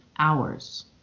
Hours